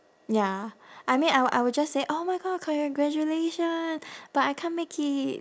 ya I mean I will I will just say oh my god congratulation but I can't make it